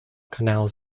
canal